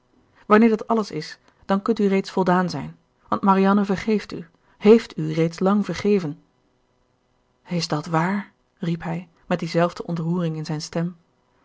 wanneer dat alles is dan kunt u reeds voldaan zijn want marianne vergeeft u hééft u reeds lang vergeven is dat waar riep hij met die zelfde ontroering in zijn stem